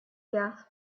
gas